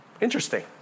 Interesting